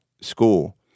school